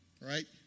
right